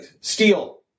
steel